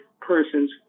persons